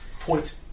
point